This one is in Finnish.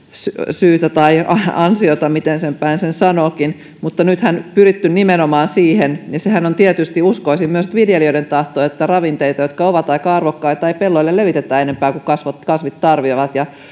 syytä tai ansiota miten päin sen sanookin mutta nythän on pyritty nimenomaan siihen sehän on tietysti uskoisin myös viljelijöiden tahto että ravinteita jotka ovat aika arvokkaita ei pelloille levitetä enempää kuin kasvit tarvitsevat ja